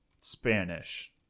Spanish